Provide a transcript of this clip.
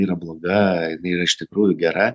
yra bloga jinai yra iš tikrųjų gera